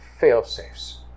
failsafes